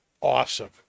awesome